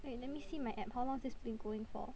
wait let me see my app how long has this been going for